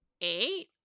eight